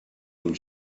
will